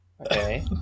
Okay